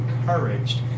encouraged